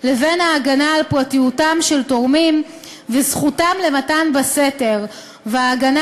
לבין ההגנה על פרטיותם של תורמים וזכותם למתן בסתר וההגנה